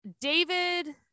David